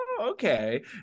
okay